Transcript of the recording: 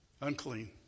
unclean